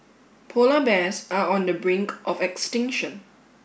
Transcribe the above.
polar bears are on the brink of extinction